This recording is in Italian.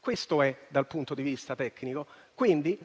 questo è dal punto di vista tecnico, quindi